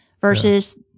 versus